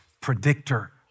predictor